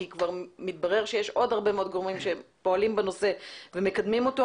כי כבר מתברר שיש עוד הרבה מאוד גורמים שפועלים בנושא ומקדמים אותו,